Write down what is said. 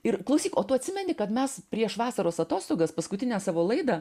ir klausyk o tu atsimeni kad mes prieš vasaros atostogas paskutinę savo laidą